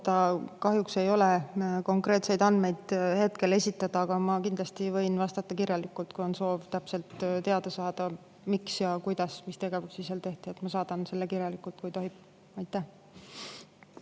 kahjuks ei ole hetkel konkreetseid andmeid esitada. Aga ma kindlasti võin vastata kirjalikult, kui on soov täpsemalt teada saada, miks, kuidas ja mis tegevusi seal tehti. Ma saadan selle kirjalikult, kui tohib. Aitäh!